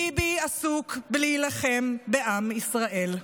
ביבי עסוק בלהילחם בעם ישראל,